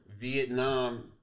Vietnam